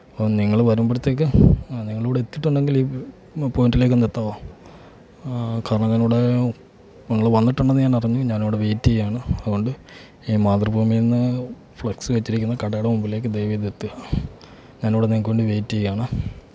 അപ്പം നിങ്ങൾ വരുമ്പഴത്തേക്ക് ആ നിങ്ങൾ ഇവിടെ എത്തിയിട്ടുണ്ടെങ്കിൽ ഈ ഈ പോയിൻ്റിലേക്ക് ഒന്ന് എത്താമോ കാരണം ഞാൻ ഇവിടെ നിങ്ങൾ വന്നിട്ടുണ്ടെന്ന് ഞാൻ അറിഞ്ഞു ഞാൻ ഇവിടെ വെയിറ്റ് ചെയ്യുകയാണ് അതുകൊണ്ട് ഈ മാതൃഭൂമി എന്ന് ഫ്ലെക്സ് വെച്ചിരിക്കുന്ന കടയുടെ മുമ്പിലേക്ക് ദയവ് ചെയ്ത് എത്തുക ഞാൻ ഇവിടെ നിങ്ങൾക്ക് വേണ്ടി വെയിറ്റ് ചെയ്യുകയാണ്